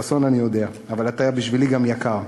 חסון, אני יודע, אבל אתה בשבילי גם יקר.